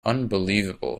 unbelievable